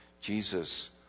Jesus